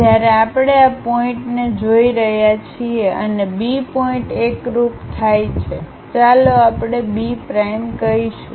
જ્યારે આપણે આ પોઇન્ટ ને જોઈ રહ્યા છીએ અને B પોઇન્ટ એકરુપ થાય છે ચાલો આપણે B પ્રાઈમ કહીશું